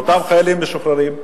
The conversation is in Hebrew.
לאותם חיילים משוחררים,